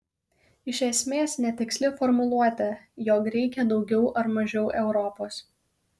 iš esmės netiksli formuluotė jog reikia daugiau ar mažiau europos